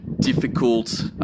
difficult